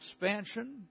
expansion